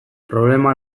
problema